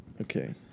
Okay